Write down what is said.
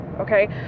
okay